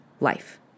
life